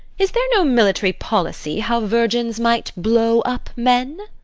is there no military policy how virgins might blow up men?